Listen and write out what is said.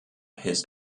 his